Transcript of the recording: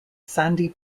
sandy